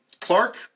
Clark